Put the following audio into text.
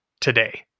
today